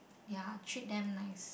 ya treat them nice